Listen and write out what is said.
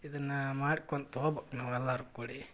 ಇದನ್ನು ಮಾಡ್ಕೊಂತ ಹೋಗ್ಬೇಕ್ ನಾವೆಲ್ಲರೂ ಕೂಡಿ